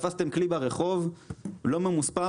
תפסתם כלי ברחוב לא ממוספר?